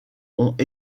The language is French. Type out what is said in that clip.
ont